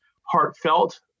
heartfelt